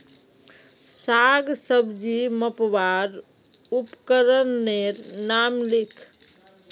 साग सब्जी मपवार उपकरनेर नाम लिख?